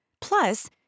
Plus